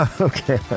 Okay